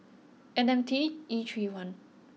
N M T E three one